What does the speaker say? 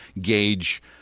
gauge